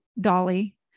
Dolly